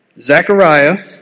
Zechariah